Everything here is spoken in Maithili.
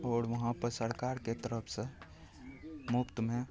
आओर वहाँपर सरकारके तरफसे मुफ्तमे